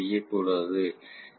இது எனது VG அல்லது EG ஆகும்